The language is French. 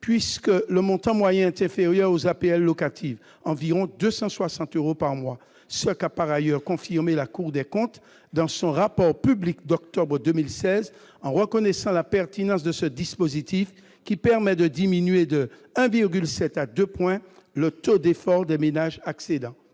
puisque le montant moyen est inférieur aux APL locatives- environ 260 euros par mois -, ce qu'a par ailleurs confirmé la Cour des comptes dans son rapport public d'octobre 2016, en reconnaissant la pertinence de ce dispositif qui permet de diminuer de 1,7 à 2 points le taux d'effort des ménages accédant